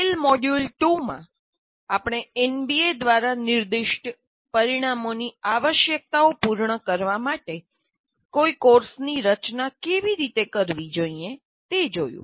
ટેલ module 2 માં આપણે NBA દ્વારા નિર્દિષ્ટ પરિણામોની આવશ્યકતાઓને પૂર્ણ કરવા માટે કોઈ કોર્સની રચના કેવી રીતે કરવી તે જોયું